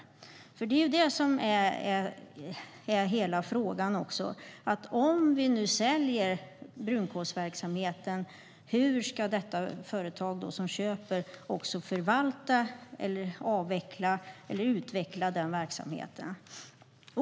Det är det som är hela frågan. Om vi nu säljer brunkolsverksamheten, hur ska det företag som köper förvalta, avveckla eller utveckla denna verksamhet?